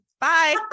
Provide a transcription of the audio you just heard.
Bye